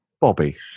Bobby